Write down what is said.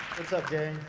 what's up, gary?